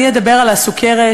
אני אדבר על הסוכרת,